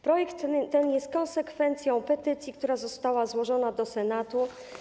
Projekt ten jest konsekwencją petycji, która została złożona do Senatu.